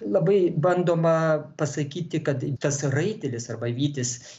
labai bandoma pasakyti kad tas raitelis arba vytis